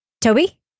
Toby